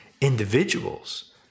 individuals